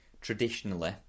traditionally